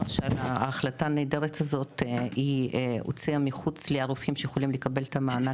ההחלטה הנהדרת הזאת היא הוצאה מחוץ לרופאים שיכולים לקבל את המענק,